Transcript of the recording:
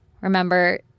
remember